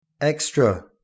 extra